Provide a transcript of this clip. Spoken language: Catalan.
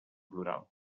plural